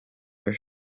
are